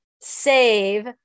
save